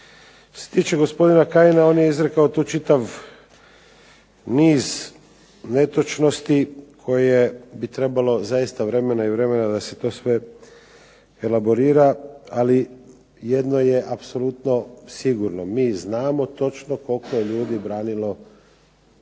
se tiče gospodina Kajina, on je izrekao tu čitav niz netočnosti koje bi trebalo zaista vremena i vremena da se to sve elaborira. Ali jedno je apsolutno sigurno, mi znamo točno koliko je ljudi branilo državu